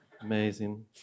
amazing